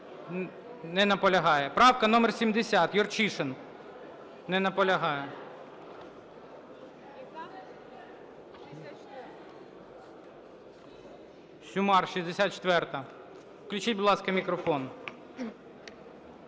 Не наполягає. Правка номер 70, Юрчишин. Не наполягає. Сюмар, 64-а. Включіть, будь ласка, мікрофон.